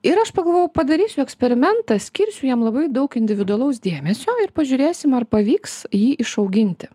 ir aš pagalvojau padarysiu eksperimentą skirsiu jam labai daug individualaus dėmesio ir pažiūrėsim ar pavyks jį išauginti